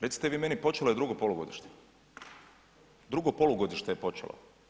Recite vi meni, počelo je drugo polugodište, drugo polugodište je počelo.